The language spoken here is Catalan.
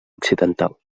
occidental